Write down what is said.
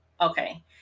Okay